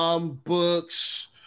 books